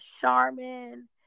Charmin